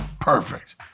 Perfect